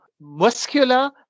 muscular